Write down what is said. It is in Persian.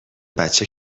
بچه